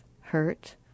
hurt